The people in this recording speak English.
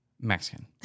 Mexican